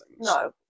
no